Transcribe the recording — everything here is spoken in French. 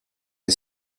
est